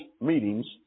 meetings